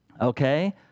Okay